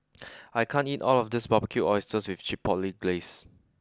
I can't eat all of this Barbecued Oysters with Chipotle Glaze